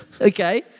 Okay